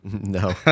No